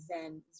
zen